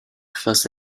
face